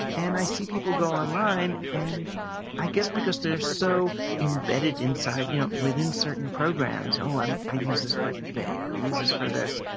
and i see people go online and i guess because they're so embedded inside you know within certain programs, oh um i use this for ebay or i use this for this,